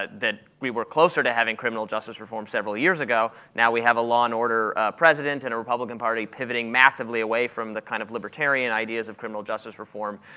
ah that we were closer to having criminal justice reform several years ago. now we have a law and order president and a republican party pivoting massively away from the kind of libertarian ideas of criminal justice reform.